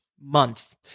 Month